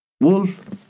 Wolf